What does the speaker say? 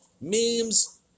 memes